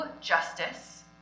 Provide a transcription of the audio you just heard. justice